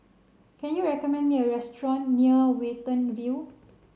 can you recommend me a restaurant near Watten View